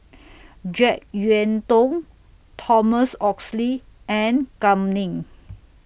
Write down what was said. Jek Yeun Thong Thomas Oxley and Kam Ning